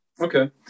Okay